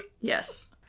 Yes